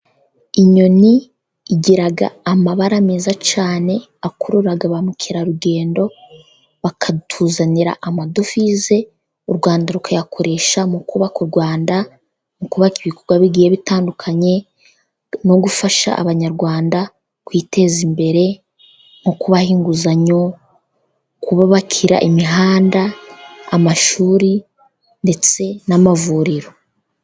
Inyoni igira amabara meza cyane, akurura bamukerarugendo, bakatuzanira amadovize, u Rwanda rukayakoresha mu kubaka ibikorwa bigiye bitandukanye, no gufasha abanyarwanda, kwiteza imbere, nko kubaha inguzanyo, kububakira imihanda, amashuri, ndetse n'amavuriro.